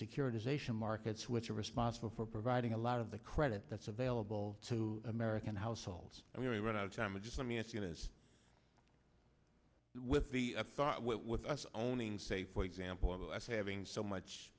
securitization markets which are responsible for providing a lot of the credit that's available to american households and we run out of time but just let me ask you this with the with us owning say for example as having so much